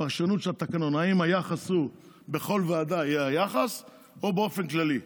הפרשנות של התקנון: האם בכל ועדה יהיה יחס או באופן כללי.